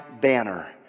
banner